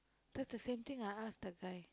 that's the same thing I ask that time